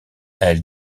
elle